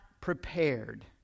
prepared